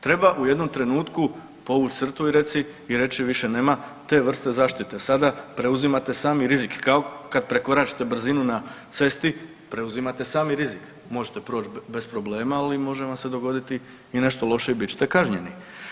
Treba u jednom trenutku povuć crtu i reći više nema te vrste zaštite, sada preuzimate sami rizik kao kad prekoračite brzinu na cesti preuzimate sami rizik, možete proć bez problema, ali može vam se dogoditi nešto loše i bit ćete kažnjeni.